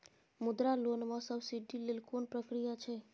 मुद्रा लोन म सब्सिडी लेल कोन प्रक्रिया छै?